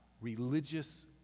religious